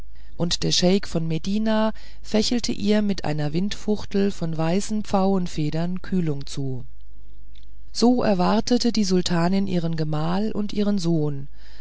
und der scheik von medina fächelte ihr mit einer windfuchtel von weißen pfaufedern kühlung zu so erwartete die sultanin ihren gemahl und ihren sohn